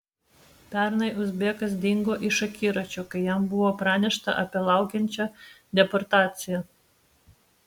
pernai uzbekas dingo iš akiračio kai jam buvo pranešta apie laukiančią deportaciją